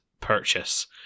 purchase